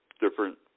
different